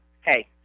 hey